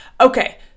Okay